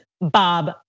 Bob